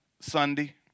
Sunday